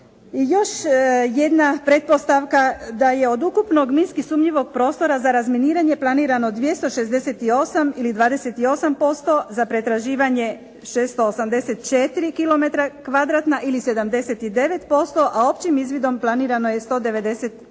još jedna pretpostavka da je od ukupnog minski sumnjivog prostora za razminiranje planirano 268 ili 28%, za pretraživanje 684 km2 ili 79%, a općim izvidom planirano je 198